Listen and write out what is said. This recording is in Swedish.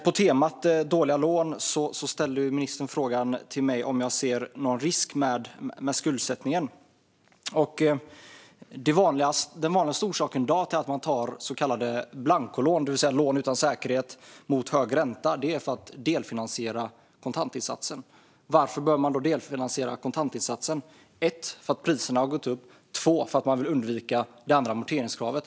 På temat dåliga lån ställde ministern frågan till mig om jag ser någon risk med skuldsättningen. Den vanligaste orsaken i dag till att man tar så kallade blancolån, det vill säga lån utan säkerhet mot hög ränta, är att man vill delfinansiera kontantinsatsen. Varför behöver man då delfinansiera kontantinsatsen? Ett: för att priserna har gått upp. Två: för att man vill undvika det andra amorteringskravet.